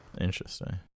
Interesting